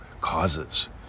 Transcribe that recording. causes